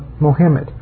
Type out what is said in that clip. Mohammed